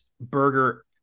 burger